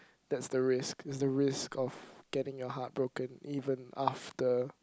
that's the risk it's the risk of getting your heart broken even after